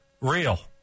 Real